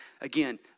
again